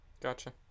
Gotcha